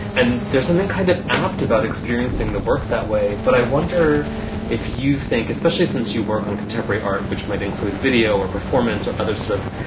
and there isn't that kind of amped about experiencing the work that way. but i wonder if you think, especially since you work on contemporary art, which might include video or performance or other sort of